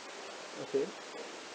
okay